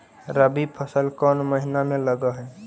रबी फसल कोन महिना में लग है?